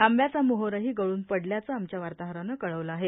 आंब्याचा मोहोरही गळून पडल्याचं आमच्या वार्ताहरानं कळवलं आहे